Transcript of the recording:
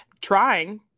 Trying